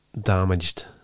damaged